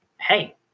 hey